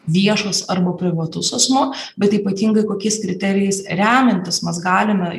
viešas arba privatus asmuo bet ypatingai kokiais kriterijais remiantis mes galime